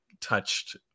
touched